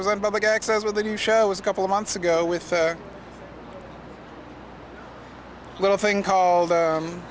was on public access with a new show was a couple of months ago with a little thing called